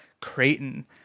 Creighton